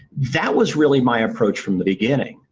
that was really my approach from the beginning.